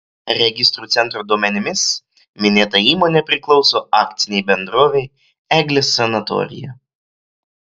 registrų centro duomenimis minėta įmonė priklauso akcinei bendrovei eglės sanatorija